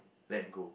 let go